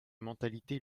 mentalité